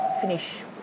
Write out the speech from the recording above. finish